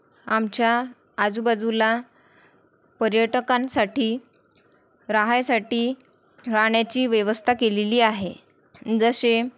आमच्या आजूबाजूला पर्यटकांसाठी राहायसाठी राहण्याची व्यवस्था केलेली आहे जसे